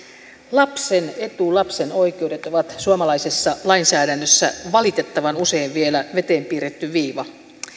lapsen etu lapsen oikeudet ovat suomalaisessa lainsäädännössä valitettavan usein vielä veteen piirretty viiva